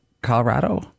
Colorado